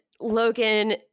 Logan